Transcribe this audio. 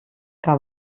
que